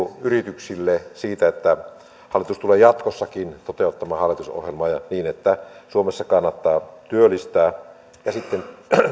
yrityksille siihen että hallitus tulee jatkossakin toteuttamaan hallitusohjelmaa niin että suomessa kannattaa työllistää ja sitten